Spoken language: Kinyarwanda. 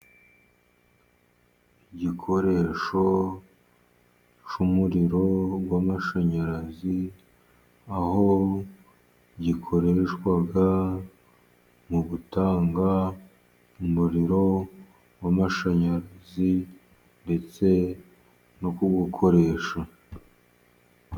Igikoresho cy'umuriro w'amashanyarazi, aho gikoreshwa mu gutanga umuriro w'amashanyarazi, ndetse no kuwukoresha.